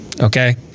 okay